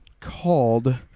called